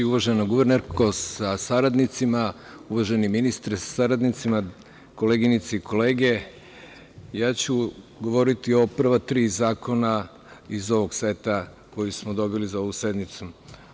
Uvažena guvernerko sa saradnicima, uvaženi ministre sa saradnicima, koleginice i kolege, ja ću govoriti o ova prva tri zakona iz ovog seta koji smo dobili za ovu sednicu.